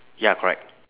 ya correct